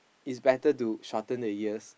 is better to shorten the years